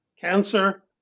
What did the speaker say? cancer